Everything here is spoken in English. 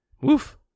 Woof